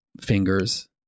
fingers